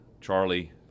Charlie